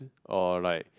or like